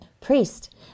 priest